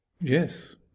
Yes